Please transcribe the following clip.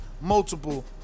multiple